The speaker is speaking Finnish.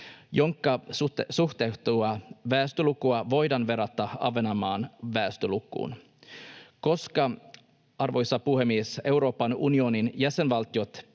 jonka suhteutettua väestölukua voidaan verrata Ahvenanmaan väestölukuun. Koska, arvoisa puhemies, Euroopan unionin jäsenvaltiot